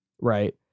right